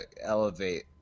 elevate